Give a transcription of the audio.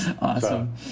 Awesome